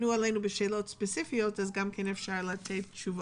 נוכל גם לתת תשובות.